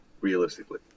realistically